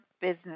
business